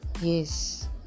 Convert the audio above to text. yes